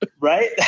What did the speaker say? right